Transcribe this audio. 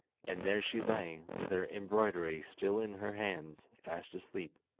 and there she lay, with her embroidery still in her hands, fast asleep.